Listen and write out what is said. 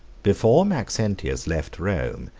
before maxentius left rome,